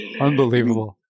Unbelievable